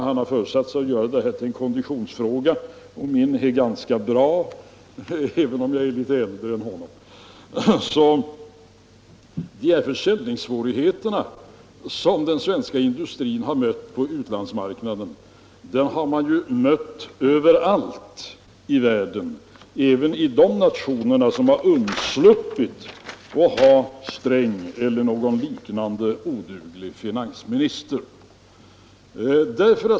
Han har föresatt sig att göra vår diskussion till en konditionsfråga. Min egen kondition är ganska bra, även om jag är litet äldre än herr Burenstam Linder. De försäljningssvårigheter som den svenska industrin har mött på utlandsmarknaden har ju varit för handen överallt i världen, även i de nationer som har sluppit att ha Sträng eller någon liknande oduglig finansminister.